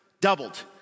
doubled